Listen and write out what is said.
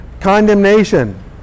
Condemnation